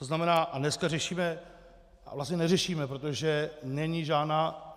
To znamená, a dneska řešíme, a vlastně neřešíme, protože není žádná...